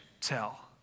tell